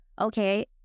okay